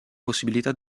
possibilità